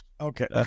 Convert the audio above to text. Okay